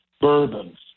bourbons